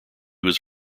was